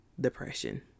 depression